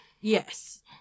yes